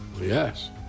Yes